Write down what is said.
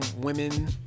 women